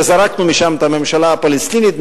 וזרקנו משם את הממשלה הפלסטינית.